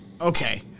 okay